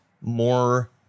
more